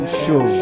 show